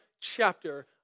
chapter